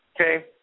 okay